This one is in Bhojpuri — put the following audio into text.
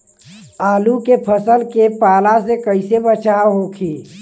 आलू के फसल के पाला से कइसे बचाव होखि?